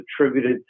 attributed